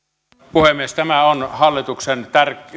puhemies tämä on hallituksen